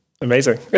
Amazing